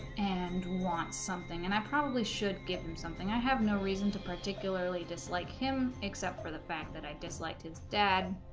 and wants something and i probably should give him something i have no reason to particularly dislike him except for the fact that i disliked his dad